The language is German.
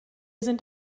sind